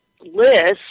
list